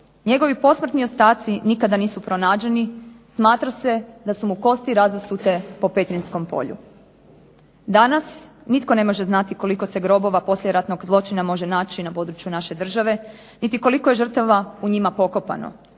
Njegovi posmrtni ostaci nikada nisu pronađeni, smatra se da su mu kosti razasute po petrinjskom polju. Danas nitko ne može znati koliko se grobova poslijeratnog zločina može naći na području naše države, niti koliko je žrtva u njima pokopano.